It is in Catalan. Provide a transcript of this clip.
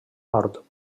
nord